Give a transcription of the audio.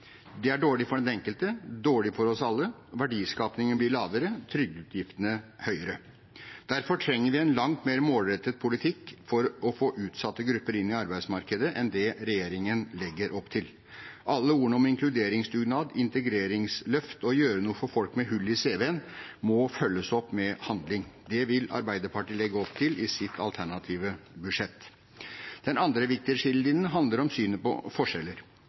Det er dårlig for den enkelte, det er dårlig for oss alle, verdiskapingen blir lavere og trygdeutgiftene høyere. Derfor trenger vi en langt mer målrettet politikk for å få utsatte grupper inn i arbeidsmarkedet enn det regjeringen legger opp til. Alle ordene om inkluderingsdugnad, integreringsløft og å gjøre noe for folk med hull i cv-en må følges opp med handling. Det vil Arbeiderpartiet legge opp til i sitt alternative budsjett. Den andre viktige skillelinjen handler om synet på forskjeller.